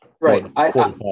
Right